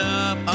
up